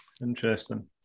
Interesting